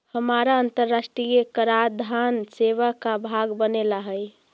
हमारा अन्तराष्ट्रिय कराधान सेवा का भाग बने ला हई